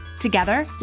Together